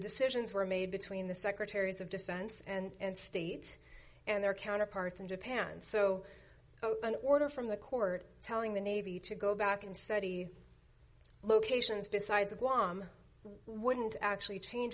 decisions were made between the secretaries of defense and state and their counterparts in japan so an order from the court telling the navy to go back and study locations besides of guam wouldn't actually change